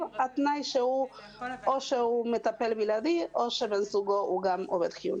התנאי או שהוא מטפל בלעדי או שבן זוגו גם עובד חיוני.